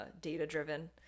data-driven